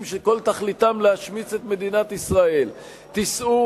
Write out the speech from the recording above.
שכל תכליתם להשמיץ את מדינת ישראל אתם תיסעו,